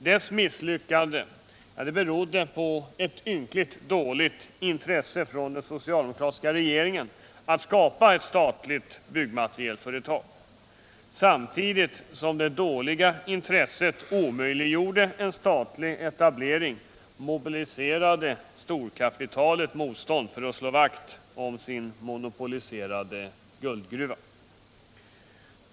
Dess misslyckande berodde på ett ynkligt dåligt intresse hos den socialdemo 43 Byggnadsmaterialindustrin kratiska regeringen för att skapa ett statligt byggmaterialföretag. Samtidigt som det dåliga intresset omöjliggjorde cen statlig etablering mobiliserade storkapitalet motstånd för att slå vakt om sin monopoliserade ”guklgruva”.